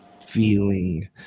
feeling